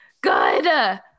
good